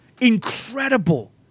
incredible